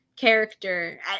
Character